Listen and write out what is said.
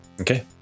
Okay